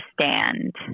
Stand